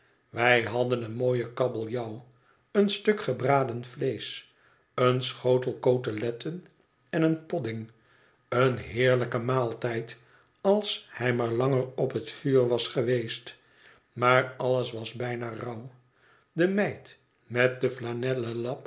wij hadden een mooien kabeljauw een stuk gebraden vleesch een schotel coteletten en een podding een heerlijke maaltijd als hij maar langer op het vuur was geweest maar alles was bijna rauw de meid met den flanellen